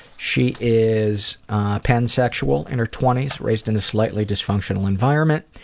she is a pan-sexual in her twenties, raised in a slightly dysfunctional environment,